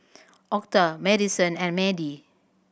Octa Madyson and Madie